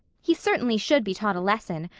he certainly should be taught a lesson,